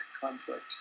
conflict